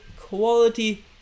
quality